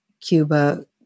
Cuba